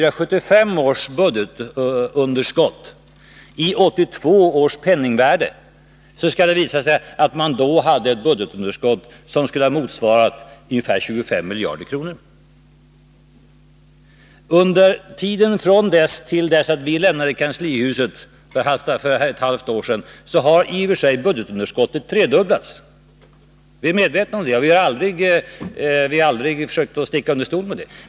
Räknar man om 1974/75 års budgetunderskott i 1982 års penningvärde, skall det visa sig att man då hade ett budgetunderskott som skulle motsvara ungefär 25 miljarder kronor. Till dess att vi lämnade kanslihuset för ett halvt år sedan hade i och för sig budgetunderskottet tredubblats— vi är medvetna om det, och vi har aldrig försökt att sticka under stol med det.